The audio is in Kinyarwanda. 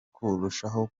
kurushaho